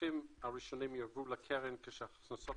הכספים הראשונים יועברו לקרן כשהכנסות